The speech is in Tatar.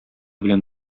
белән